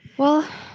well,